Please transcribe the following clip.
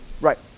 Right